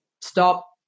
stop